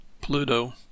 Pluto